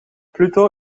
pluto